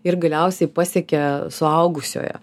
ir galiausiai pasiekia suaugusiojo